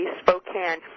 Spokane